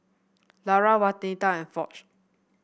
Lara Waneta and Foch